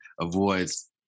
avoids